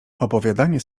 opowiadanie